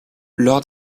lors